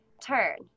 turn